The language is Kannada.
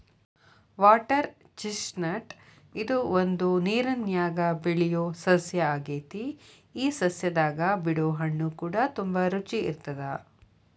ವಾಟರ್ ಚಿಸ್ಟ್ನಟ್ ಇದು ಒಂದು ನೇರನ್ಯಾಗ ಬೆಳಿಯೊ ಸಸ್ಯ ಆಗೆತಿ ಈ ಸಸ್ಯದಾಗ ಬಿಡೊ ಹಣ್ಣುಕೂಡ ತುಂಬಾ ರುಚಿ ಇರತ್ತದ